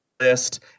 List